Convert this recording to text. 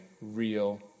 real